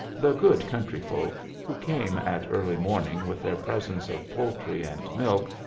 the good country folk, who came at early morning with their presents of poultry and milk,